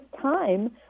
time